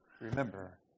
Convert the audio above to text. remember